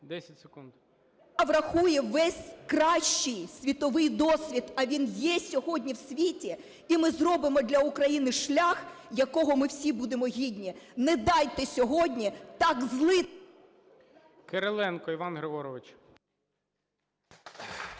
…яка врахує весь кращий світовий досвід, а він є сьогодні в світі, і ми зробимо для України шлях, якого ми всі будемо гідні. Не дайте сьогодні так… ГОЛОВУЮЧИЙ. Кириленко Іван Григорович.